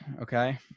okay